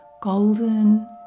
Golden